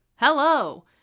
Hello